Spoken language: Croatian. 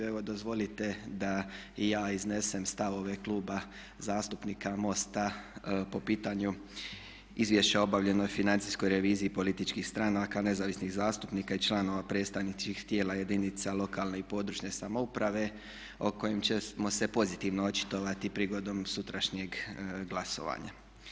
Evo dozvolite da i ja iznesem stavove Kluba zastupnika MOST-a po pitanju Izvješća o obavljenoj financijskoj reviziji političkih stranaka, nezavisnih zastupnika i članova predstavničkih tijela jedinica lokalne i područne samouprave o kojima ćemo se pozitivno očitovati prigodom sutrašnjeg glasovanja.